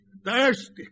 Thirsty